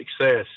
success